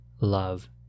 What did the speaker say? love